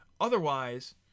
otherwise